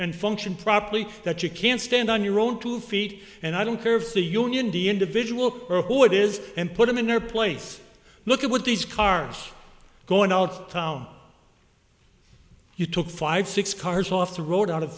and function properly that you can stand on your own two feet and i don't care if the union de individual who it is and put them in their place look at what these cars going out of town you took five six cars off the road out